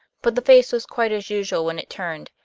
but the face was quite as usual when it turned,